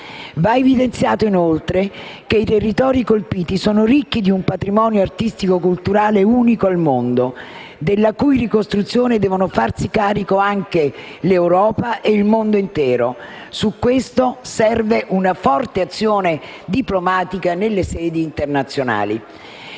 Va evidenziato, inoltre, che i territori colpiti sono ricchi di un patrimonio artistico-culturale unico al mondo, della cui ricostruzione devono farsi carico anche l'Europa e il mondo intero. Su questo serve una forte azione diplomatica nelle sedi internazionali.